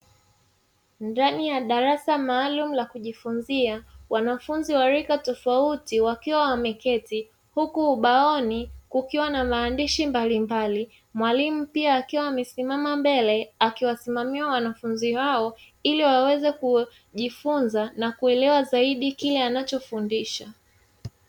Ndani ya darasa maalumu la kujifunzia, wanafunzi wa rika tofauti wakiwa wameketi huku ubaoni kukiwa na maandishi mbalimbali, mwalimu akiwa amesimama mbele akiwasimamia wanafunzi hao ili waweze kujifunza na kuelewa zaidi kile anachofundisha.